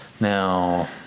Now